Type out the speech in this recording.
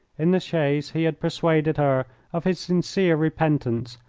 in the chaise he had persuaded her of his sincere repentance,